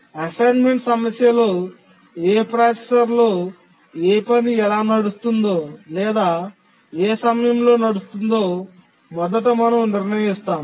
assignment సమస్యలో ఏ ప్రాసెసర్లో ఏ పని ఎలా నడుస్తుందో లేదా ఏ సమయంలో నడుస్తుందో మొదట మనం నిర్ణయిస్తాము